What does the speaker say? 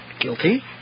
guilty